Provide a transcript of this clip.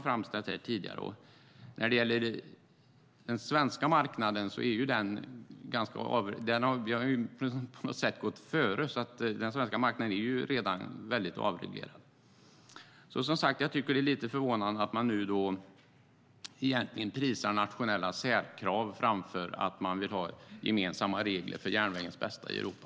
Vi har ju på sätt och vis gått före, så den svenska marknaden är redan väldigt avreglerad. Jag tycker att det är lite förvånande att man nu egentligen prisar nationella särkrav framför att ha gemensamma regler för järnvägens bästa i Europa.